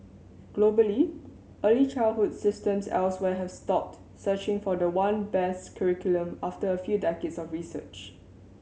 globally early childhood systems elsewhere have stopped searching for the one best curriculum after a few decades of research